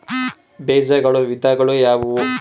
ಬೇಜಗಳ ವಿಧಗಳು ಯಾವುವು?